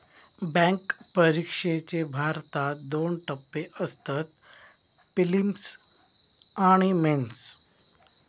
bank परिक्षेचे भारतात दोन टप्पे असतत, पिलिम्स आणि मेंस